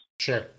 Sure